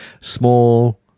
small